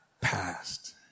past